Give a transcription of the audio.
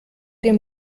dem